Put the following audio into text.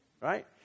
Right